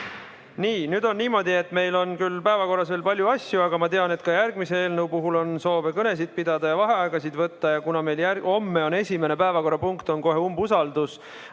Nii, nüüd on niimoodi, et meil on päevakorras veel palju asju, aga ma tean, et ka järgmise eelnõu puhul on soove kõnesid pidada ja vaheaegasid võtta. Ja kuna meil homme on esimene päevakorrapunkt umbusaldus,